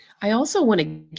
i also wanna,